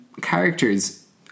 characters